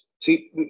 See